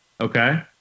Okay